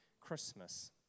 Christmas